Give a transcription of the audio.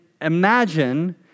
imagine